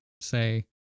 say